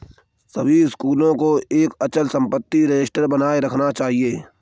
सभी स्कूलों को एक अचल संपत्ति रजिस्टर बनाए रखना चाहिए